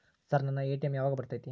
Sir ನನ್ನ ATM ಯಾವಾಗ ಬರತೈತಿ?